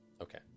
okay